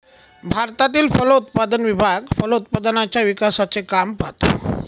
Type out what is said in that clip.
भारतातील फलोत्पादन विभाग फलोत्पादनाच्या विकासाचे काम पाहतो